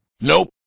nope